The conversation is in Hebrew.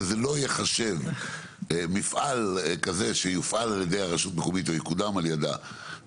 שזה לא ייחשב מפעל כזה שיופעל על ידי רשות מקומית או יקודם על ידה,